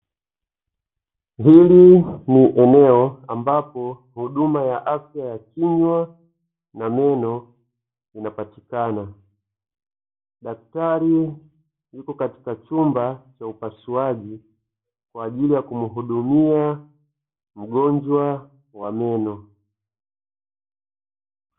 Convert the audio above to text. Hili ni eneo ambapo huduma ya afya ya kinywa na meno inapatikana. Daktari yupo katika chumba cha upasuaji kwa ajili ya kumhudumia mgonjwa wa meno.